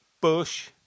Bush